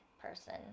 person